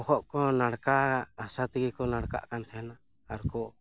ᱵᱚᱦᱚᱜ ᱠᱚᱦᱚᱸ ᱱᱟᱲᱠᱟ ᱦᱟᱥᱟ ᱛᱮᱜᱮ ᱠᱚ ᱱᱟᱲᱠᱟᱜ ᱠᱟᱱ ᱛᱟᱦᱮᱱᱟ ᱟᱨ ᱠᱚ